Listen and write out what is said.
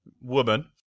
Woman